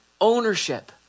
ownership